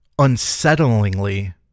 unsettlingly